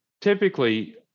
typically